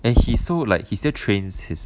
and he's so like he still trains his